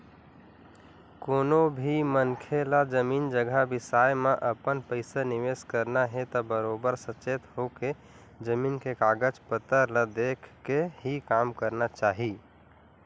कोनो भी मनखे ल जमीन जघा बिसाए म अपन पइसा निवेस करना हे त बरोबर सचेत होके, जमीन के कागज पतर ल देखके ही काम करना चाही